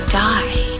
die